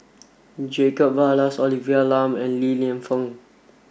Jacob Ballas Olivia Lum and Li Lienfung